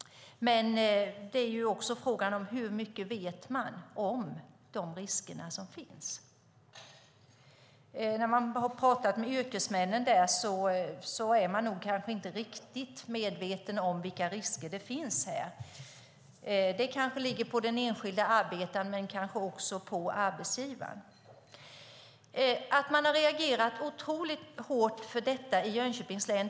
Men det handlar också om hur mycket man vet om de risker som finns. När man talar med yrkesmännen märker man att de kanske inte riktigt är medvetna om vilka risker som finns. Det ligger på den enskilda arbetaren, men kanske också på arbetsgivaren. Man har reagerat otroligt starkt på detta i Jönköpings län.